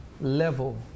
level